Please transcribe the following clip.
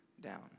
down